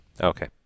Okay